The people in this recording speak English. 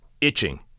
itching